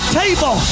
table